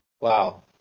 Wow